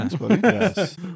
Yes